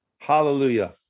Hallelujah